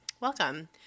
Welcome